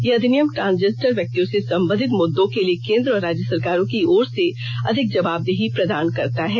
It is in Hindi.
यह अधिनियम ट्रांसजेंडर व्यक्तियों से संबंधित मुद्दों के लिए केंद्र और राज्य सरकारों की ओर से अधिक जवाबदेही प्रदान करता है